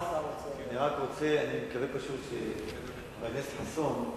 אני מקווה שחבר הכנסת חסון,